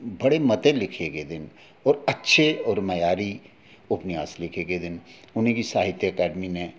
बड़े मते लिखे गेदे न और अच्छे और मयारी उपन्यास लिखे गेदे न उ'नेंगी साहित्य अकैडमी नै